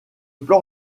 plan